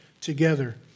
together